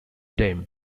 deism